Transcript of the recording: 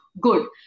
good